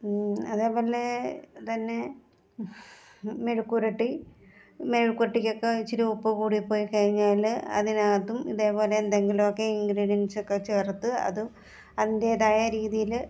അതേപോലെ തന്നെ മെഴുക്ക് പുരട്ടി മെഴുക്ക് പുരട്ടിക്കൊക്കെ ഇച്ചിരി ഉപ്പ് കൂടിപ്പോയി കഴിഞ്ഞാൽ അതിനകത്തും ഇതേപോലെ എന്തെങ്കിലുമൊക്കെ ഇൻഗ്രീഡിയൻറ്റ്സൊക്കെ ചേർത്ത് അത് അതിൻറ്റേതായ രീതിയിൽ